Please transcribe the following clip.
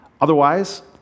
Otherwise